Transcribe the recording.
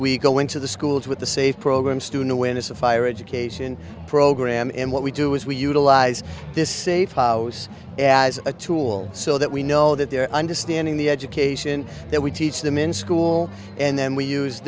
we go into the schools with the safe programs to know when it's a fire education program and what we do is we utilize this safe house as a tool so that we know that they are understanding the education that we teach them in school and then we use